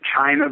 China